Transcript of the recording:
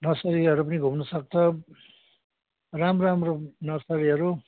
नर्सरीहरू पनि घुम्नसक्छ राम्रो राम्रो नर्सरीहरू